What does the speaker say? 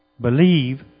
Believe